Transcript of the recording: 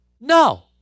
No